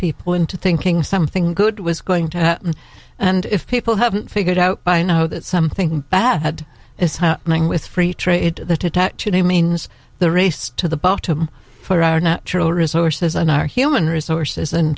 people into thinking something good was going to happen and if people haven't figured out by now that something bad is happening with free trade that attack today means the race to the bottom for our natural resources and our human resources